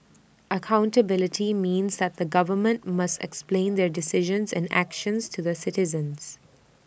accountability means that the government must explain their decisions and actions to the citizens